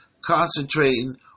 concentrating